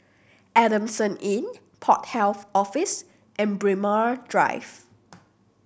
Adamson Inn Port Health Office and Braemar Drive